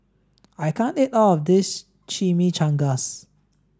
I can't eat all of this Chimichangas